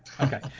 Okay